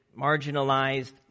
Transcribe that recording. marginalized